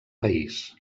país